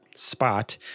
Spot